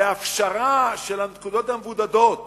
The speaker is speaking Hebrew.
והפשרה של הנקודות המבודדות